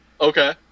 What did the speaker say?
Okay